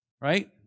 Right